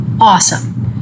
awesome